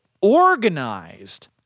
organized